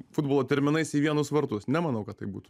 futbolo terminais į vienus vartus nemanau kad tai būtų